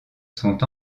sont